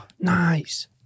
nice